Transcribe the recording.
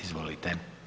Izvolite.